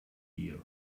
here